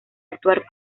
actuar